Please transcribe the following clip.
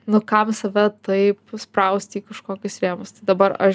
nu kam save taip sprausti į kažkokius rėmus tai dabar aš